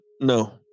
no